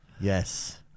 Yes